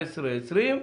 אבל אנחנו ב-2020,